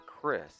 Chris